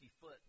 foot